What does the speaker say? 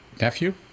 nephew